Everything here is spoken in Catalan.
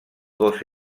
dos